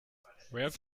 have